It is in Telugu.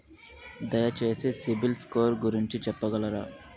దయచేసి సిబిల్ స్కోర్ గురించి చెప్పగలరా?